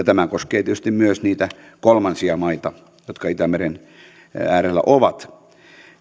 tämä koskee tietysti myös niitä kolmansia maita jotka itämeren äärellä ovat